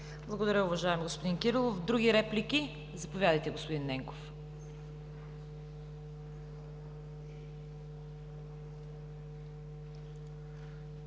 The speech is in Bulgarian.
Благодаря, уважаеми господин Кирилов. Други реплики? Заповядайте, господин Ненков.